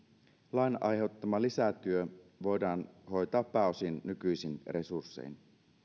lain aiheuttama lisätyö voidaan hoitaa pääosin nykyisin resurssein